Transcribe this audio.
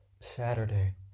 Saturday